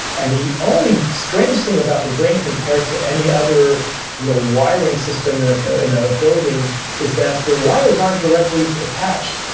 and the only strange thing compared about the brain compared to any other you know wiring system in ah in a building is that the wires aren't directly attached.